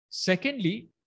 Secondly